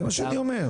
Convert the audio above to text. זה מה שאני אומר.